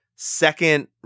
Second